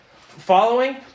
Following